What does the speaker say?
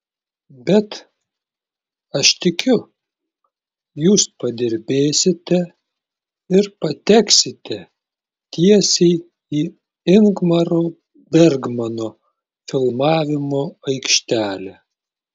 bet aš tikiu jūs padirbėsite ir pateksite tiesiai į ingmaro bergmano filmavimo aikštelę